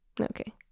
okay